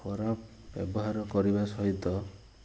ଖରାପ ବ୍ୟବହାର କରିବା ସହିତ